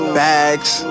bags